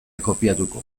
kopiatuko